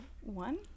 one